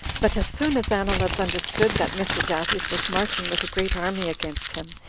but as soon as anileus understood that mithridates was marching with a great army against him,